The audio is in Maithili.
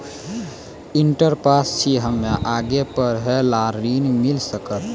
इंटर पास छी हम्मे आगे पढ़े ला ऋण मिल सकत?